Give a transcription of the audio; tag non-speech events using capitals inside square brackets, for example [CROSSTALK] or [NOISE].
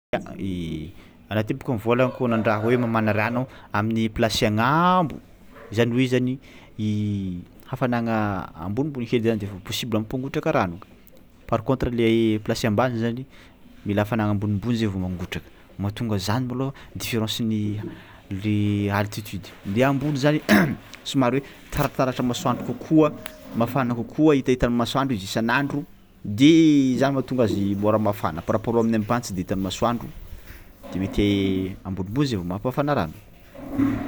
[HESITATION] Raha ty bôka mivôlagna [NOISE] kôa nandraha hoe mamana rano amin'ny plasy agnambo zany hoe zany [HESITATION] hafanagna ambonimbony hely zany de possible hampangotraka rano par contre le plasy ambany zany mila hafanagna ambonimbony zay vao mangrotraka, mahatonga zany mbalôha différence-n'ny le altitude le ambony zany [NOISE] somary hoe tarataratra masoandro kokoa, mafana kokoa, hitahitan'ny masoandro izy isan'andro de zany mahatonga azy môra mafana par rapport amin'ny ambany tsy de hitan'ny masoandro de mety ambonimbony zay vao mampahafana rano. [NOISE]